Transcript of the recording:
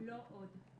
לא עוד.